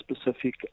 specific